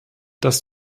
dass